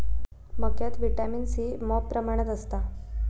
मक्यात vitamin C मॉप प्रमाणात असता